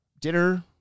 dinner